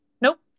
Nope